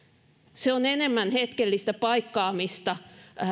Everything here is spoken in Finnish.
se on enemmän hetkellistä paikkaamista